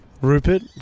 Rupert